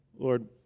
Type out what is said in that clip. Lord